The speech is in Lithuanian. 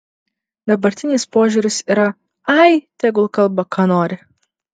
dabartinis požiūris yra ai tegul kalba ką nori